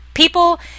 People